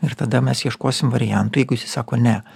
ir tada mes ieškosim variantų jeigu jisai sako ne